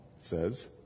says